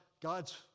God's